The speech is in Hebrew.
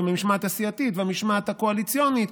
ועם המשמעת הסיעתית והמשמעת הקואליציונית,